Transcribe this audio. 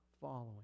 following